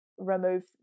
remove